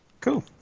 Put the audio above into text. Cool